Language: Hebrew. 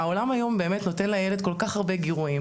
העולם היום נותן לילד כל כך הרבה גירויים,